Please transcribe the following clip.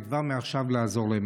וכבר מעכשיו צריך לעזור להם.